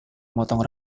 memotong